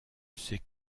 ses